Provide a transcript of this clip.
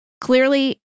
clearly